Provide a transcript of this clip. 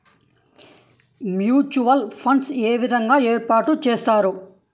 Mutual funds ఏ విధంగా ఏర్పాటు చేస్తారు?